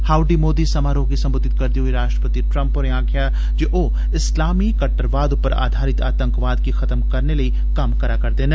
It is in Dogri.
हाउडी मोदी समारोह् गी संबोघत करदे होई राश्ट्रपति ट्रंप होरें आक्खेआ जे ओ इस्लामी कट्टरवाद पर आधारित आतंकवाद गी खत्म करने लेई कम्म करै करदे न